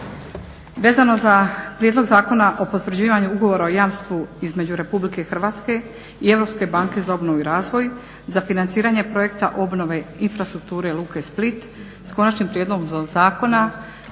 Vezano za Prijedlog zakona o potvrđivanju Ugovora o jamstvu između Republike Hrvatske i Europske banke za obnovu i razvoj za financiranje projekta obnove infrastrukture Luke Split, s konačnim prijedlogom zakona,